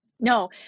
No